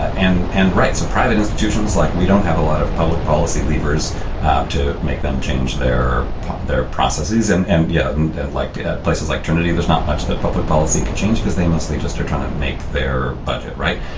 and and right some private institutions like we don't have a lot of public policy levers to make them change their their processes and and yeah. and then and like at places like trinity there's not much that public policy could change because they mostly just are trying to make their budget right.